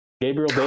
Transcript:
Gabriel